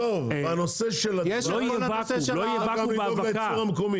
יש --- לא יהיה ואקום עם ההאבקה.